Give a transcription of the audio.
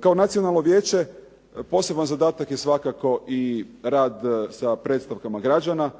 Kao Nacionalno vijeće poseban zadatak je svakako i rad sa predstavkama građana